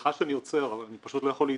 סליחה שאני עוצר, אבל אני פשוט לא יכול להתאפק.